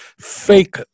fake